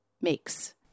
makes